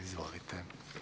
Izvolite.